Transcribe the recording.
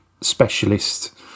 specialist